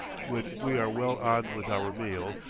when we are well on with our meal,